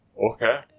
Okay